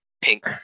pink